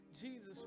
Jesus